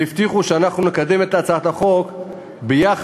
והבטיחו שאנחנו נקדם את הצעת החוק יחד